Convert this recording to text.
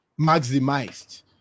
maximized